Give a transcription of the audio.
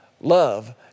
Love